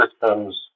systems